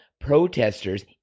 protesters